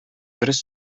дөрес